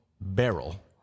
barrel